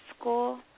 school